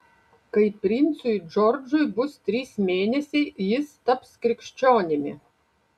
kai princui džordžui bus trys mėnesiai jis taps krikščionimi